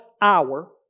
hour